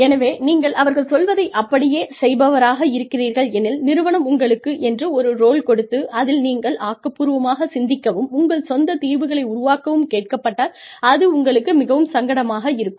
எனவே நீங்கள் அவர்கள் சொல்வதை அப்படியே செய்பவர்களாக இருக்கிறீர்கள் எனில் நிறுவனம் உங்களுக்கு என்று ஒரு ரோல் கொடுத்து அதில் நீங்கள் ஆக்கப்பூர்வமாகச் சிந்திக்கவும் உங்கள் சொந்த தீர்வுகளை உருவாக்கவும் கேட்கப்பட்டால் அது உங்களுக்கு மிகவும் சங்கடமாக இருக்கும்